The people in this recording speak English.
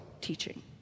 teaching